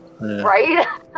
Right